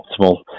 optimal